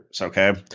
Okay